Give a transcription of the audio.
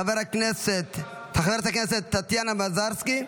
חברת הכנסת טטיאנה מזרסקי,